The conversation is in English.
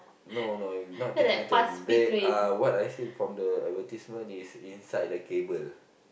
no no you not taking a turn they are what I see from the advertisement is inside the cable